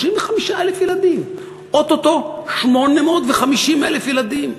35,000 ילדים, או-טו-טו 850,000 ילדים.